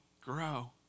grow